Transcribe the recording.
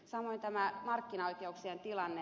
samoin tämä markkinaoikeuksien tilanne